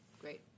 great